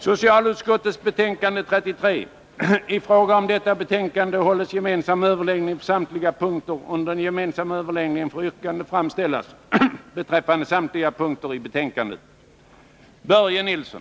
Dessa båda betänkanden debatteras i ett sammanhang, och yrkandena beträffande båda betänkandena får framställas under den gemensamma överläggningen.